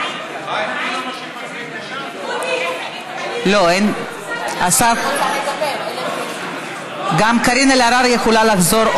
התשע"ז 2017. גם כאן ההצעה נומקה,